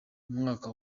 umwaka